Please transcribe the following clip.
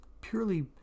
purely